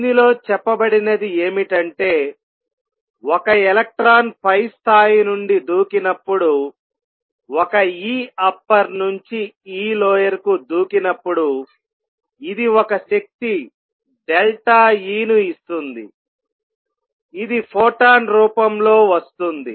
దీనిలో చెప్పబడినది ఏమిటంటే ఒక ఎలక్ట్రాన్ పై స్థాయి నుండి దూకినప్పుడు ఒక Eupper నుంచి Elower కు దూకినప్పుడు ఇది ఒక శక్తి డెల్టా E ను ఇస్తుంది ఇది ఫోటాన్ రూపంలో వస్తుంది